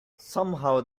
somehow